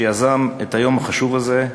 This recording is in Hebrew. שיזם את היום החשוב הזה,